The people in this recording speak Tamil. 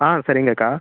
ஆ சரிங்கக்கா